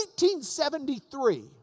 1873